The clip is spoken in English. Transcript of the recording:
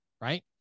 right